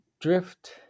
Drift